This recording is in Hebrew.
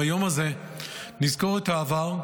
ביום הזה נזכור את העבר,